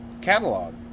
catalog